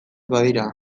badira